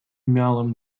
miałem